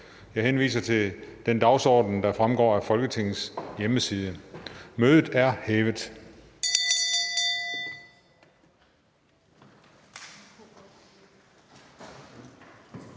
Jeg henviser til den dagsorden, der fremgår af Folketingets hjemmeside. Mødet er hævet.